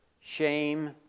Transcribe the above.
shame